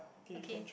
okay